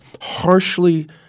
harshly